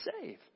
save